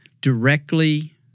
directly